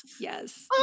yes